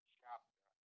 chapter